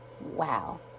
Wow